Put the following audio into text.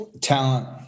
talent